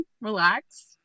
relax